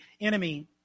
enemy